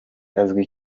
azwi